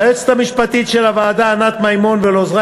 ליועצת המשפטית של הוועדה ענת מימון ולעוזרי